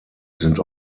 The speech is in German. sind